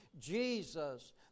Jesus